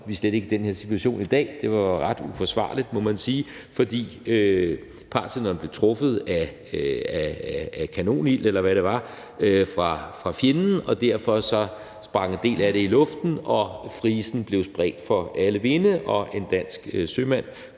vi slet ikke i den her situation i dag. Det var ret uforsvarligt, må man sige, for Parthenon blev truffet af fjendens kanonild, eller hvad det var, og derfor sprang en del af det i luften, frisen blev spredt for alle vinde, og en dansk sømand